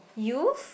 Youth